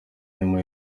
arimo